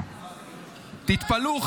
תתפלאו,